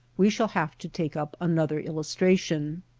we shall have to take up another illustration.